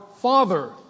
Father